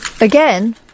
Again